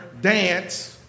Dance